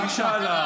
היא שאלה,